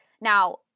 Now